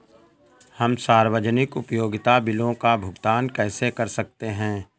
हम सार्वजनिक उपयोगिता बिलों का भुगतान कैसे कर सकते हैं?